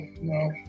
no